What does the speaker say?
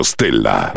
Stella